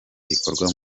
gikorwa